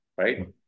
right